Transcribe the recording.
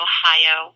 Ohio